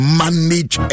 manage